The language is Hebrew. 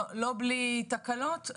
לא בלי תקלות,